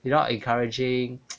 you not encouraging